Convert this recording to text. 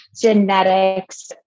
Genetics